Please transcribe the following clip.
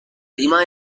lima